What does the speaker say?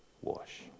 wash